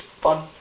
fun